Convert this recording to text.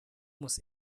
muss